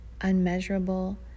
unmeasurable